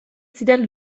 ziren